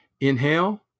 Inhale